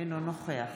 אינו נוכח